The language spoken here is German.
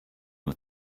nur